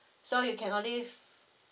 so you cannot leave